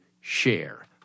share